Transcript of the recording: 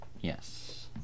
Yes